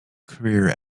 career